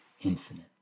infinite